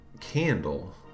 candle